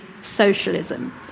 socialism